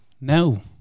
No